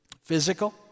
physical